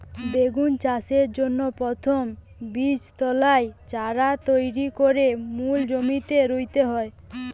বেগুন চাষের জন্যে প্রথমে বীজতলায় চারা তৈরি কোরে মূল জমিতে রুইতে হয়